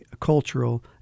cultural